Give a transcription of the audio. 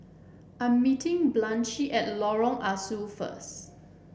I'm meeting Blanchie at Lorong Ah Soo first